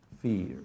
Fear